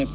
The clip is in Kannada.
ಎಫ್